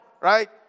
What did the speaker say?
right